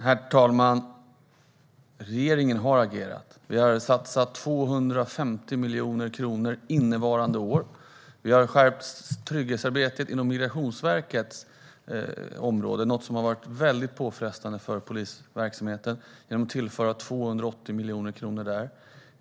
Herr talman! Regeringen har agerat. Vi har satsat 250 miljoner kronor innevarande år. Vi har skärpt trygghetsarbetet inom Migrationsverkets område, som varit väldigt påfrestande för polisverksamheten, genom att tillföra 280 miljoner kronor.